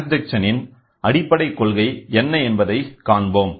transduction இன் அடிப்படைக் கொள்கை என்ன என்பதை காண்போம்